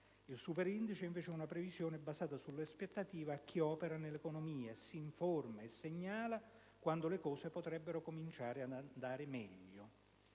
Il superindice è invece una previsione basata sulle aspettative di chi opera nell'economia, si informa e segnala quando la situazione potrebbe iniziare ad andare meglio.